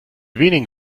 wenigen